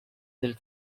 del